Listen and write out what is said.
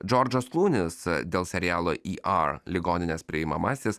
džordžas klūnis dėl serialo į ar ligoninės priimamasis